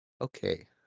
Okay